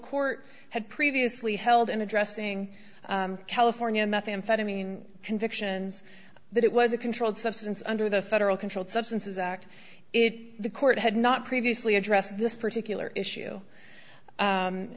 court had previously held in addressing california methamphetamine convictions that it was a controlled substance under the federal controlled substances act it the court had not previously addressed this particular issue